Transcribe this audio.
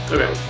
Okay